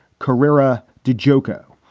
corera de joco.